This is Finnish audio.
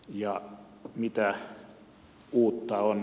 ja mitä uutta on